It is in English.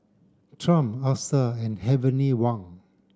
Triumph Acer and Heavenly Wang